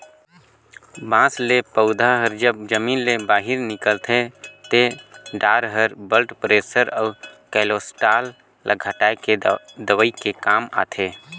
बांस ले पउधा हर जब जमीन ले बहिरे निकलथे ते डार हर ब्लड परेसर अउ केलोस्टाल ल घटाए के दवई के काम आथे